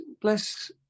bless